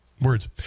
Words